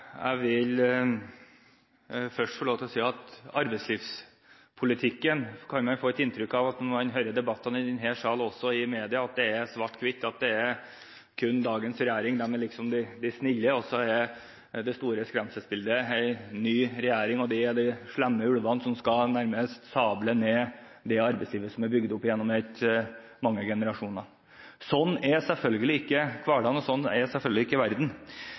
Jeg vil først få lov til å si at man kan få et inntrykk av når man hører debatter i denne sal og også i media, at arbeidslivspolitikken er svart-hvitt, og at det er kun dagens regjering som liksom er den snille. Det store skremselsbildet er en ny regjering og de slemme ulvene som nærmest skal sable ned det arbeidslivet som er bygd opp gjennom mange generasjoner. Slik er selvfølgelig ikke hverdagen, og slik er selvfølgelig ikke verden.